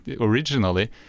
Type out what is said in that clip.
originally